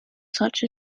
such